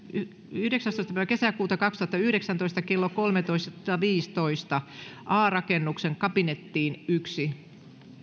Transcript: yhdeksästoista kuudetta kaksituhattayhdeksäntoista kello kolmetoista viidentoista a rakennuksen kabinettiin yksi